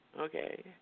Okay